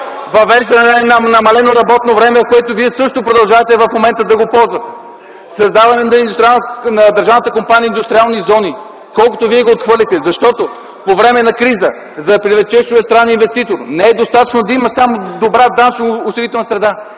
въвеждане на намалено работно време, което вие също продължавате в момента да го ползвате; създаване на държавната компания „Индустриални зони”, което вие отхвърлихте, защото по време на криза, за да привлечеш чуждестранен инвеститор, не е достатъчно да има само добра данъчно осигурителна среда,